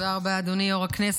תודה רבה, אדוני סגן יו"ר הכנסת.